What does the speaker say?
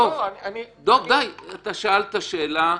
דב די, אתה שאלת שאלה.